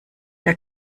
der